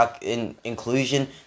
inclusion